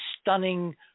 stunning